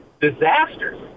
disasters